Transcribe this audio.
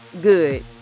Good